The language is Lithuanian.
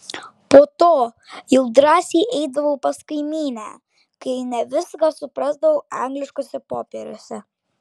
po to jau drąsiai eidavau pas kaimynę kai ne viską suprasdavau angliškuose popieriuose